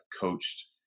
coached